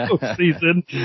season